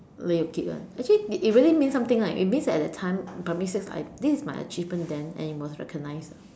lay your kit one actually it really means something right it means that at the time primary six I this is my achievement then it was recognized